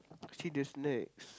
see the snacks